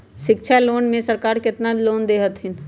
शिक्षा लोन में सरकार केतना लोन दे हथिन?